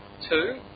two